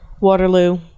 waterloo